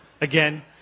again